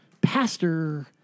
Pastor